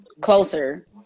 Closer